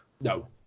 No